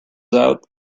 out